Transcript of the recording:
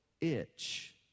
itch